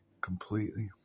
completely